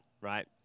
right